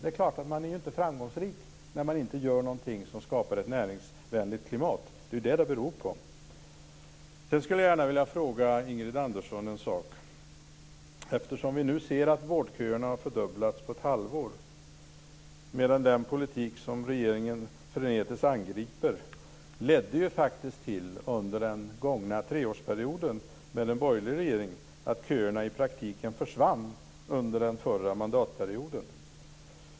Det är klart att man inte är framgångsrik när man inte gör någonting som skapar ett näringsvänligt klimat. Det är vad det beror på. Sedan skulle jag gärna vilja fråga Ingrid Andersson en sak. Vi ser nu att vårdköerna har fördubblats på ett halvår medan den politik som regeringen frenetiskt angriper under gångna treårsperioden med en borgerlig regering faktiskt ledde till att köerna i praktiken försvann under den förra mandatperioden.